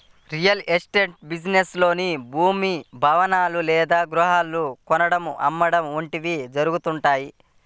real estate business లో భూమి, భవనాలు లేదా గృహాలను కొనడం, అమ్మడం వంటివి జరుగుతుంటాయి